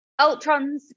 Ultrons